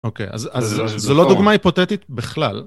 אוקיי, אז זה לא דוגמה היפותטית בכלל.